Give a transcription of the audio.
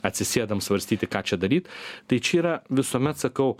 atsisėdam svarstyti ką čia daryt tai čia yra visuomet sakau